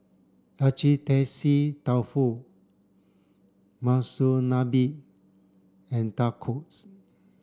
Agedashi Dofu Monsunabe and Tacos